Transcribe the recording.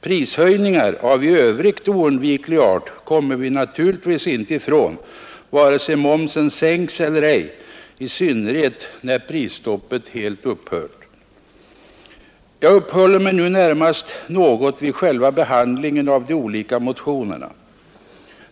Prishöjningar av i övrigt oundviklig art kommer vi naturligtvis inte ifrån vare sig momsen sänks eller ej, i synnerhet när prisstoppet helt upphör. Jag uppehåller mig nu närmast något vid själva behandlingen av de olika motionerna.